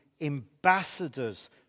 ambassadors